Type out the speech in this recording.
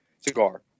cigar